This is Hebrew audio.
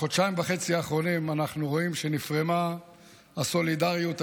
בחודשיים וחצי האחרונים אנחנו רואים שנפרמה הסולידריות הישראלית,